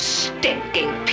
stinking